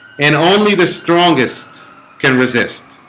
and only the strongest can resist